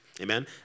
amen